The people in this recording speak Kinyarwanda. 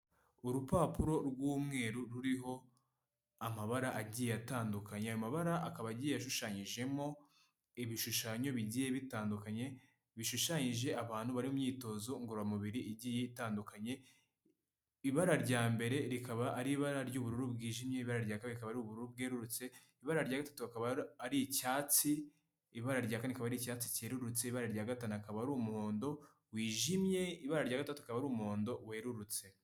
Urupapuro rw’umweru ruriho amabara agiye atandukanye ayo amabara akaba agiye ashushanyijemo ibishushanyo bigiye bitandukanye, bishushanyije abantu bari mu myitozo ngororamubiri igiye itandukanye, ibara rya mbere rikaba ari ibara ry'ubururu bwijimye ,ibara rya kabiri ikaba ari ubururu bwerurutse ,ibara rya gatatu ar’ icyatsi ,ibara rya kane akaba ar’icyatsi cyerurutse ,ibara rya gatanu akaba ari umuhondo wijimye ,ibara rya gatandatu akaba ari umuhondo werurutse.